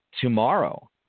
tomorrow